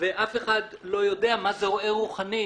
ואף אחד לא יודע מה זה רועה רוחני,